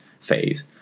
phase